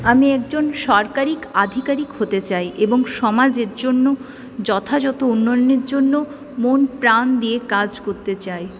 আমি একজন সরকারিক আধিকারিক হতে চাই এবং সমাজের জন্য যথাযথ উন্নয়নের জন্য মনপ্রাণ দিয়ে কাজ করতে চাই